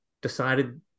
decided